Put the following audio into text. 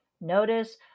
notice